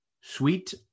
sweet